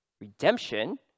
redemption—